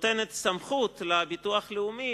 נותנת סמכות לביטוח הלאומי,